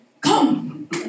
Come